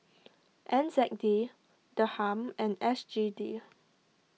N Z D Dirham and S G D